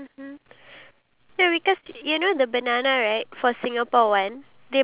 oh and I promise like you know there's the duck restaurant near our hotel right